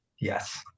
Yes